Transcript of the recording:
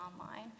online